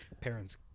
Parents